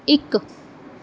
ਇੱਕ